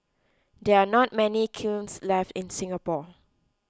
there are not many kilns left in Singapore